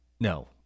No